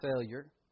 failure